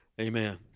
Amen